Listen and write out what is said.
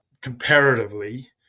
comparatively